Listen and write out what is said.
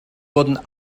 wurden